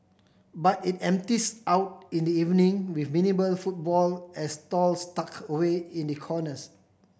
but it empties out in the evening with minimal footfall at stalls tucked away in the corners